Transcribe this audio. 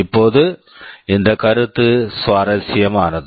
இப்போது இந்த கருத்து சுவாரஸ்யமானது